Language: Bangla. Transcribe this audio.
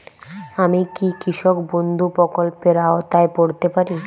আমি কি কৃষক বন্ধু প্রকল্পের আওতায় পড়তে পারি?